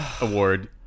award